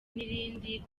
n’irindi